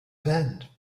bend